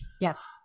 Yes